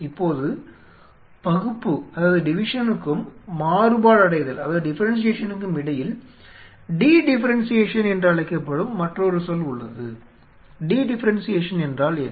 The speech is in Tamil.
இப்போது பகுப்புக்கும் மாறுபாடடைதலுக்கும் இடையில் டி டிஃபெரெண்ஷியேஷன் என்று அழைக்கப்படும் மற்றொரு சொல் உள்ளது டி டிஃபெரெண்ஷியேஷன் என்றால் என்ன